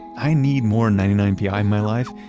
i need more ninety nine pi in my life,